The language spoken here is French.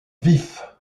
vif